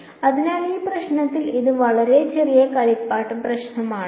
അതിനാൽ ഈ പ്രശ്നത്തിൽ ഇത് വളരെ ചെറിയ കളിപ്പാട്ട പ്രശ്നമാണ്